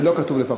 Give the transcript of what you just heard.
שלא כתוב "לפחות"